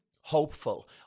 hopeful